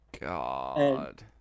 God